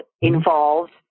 involved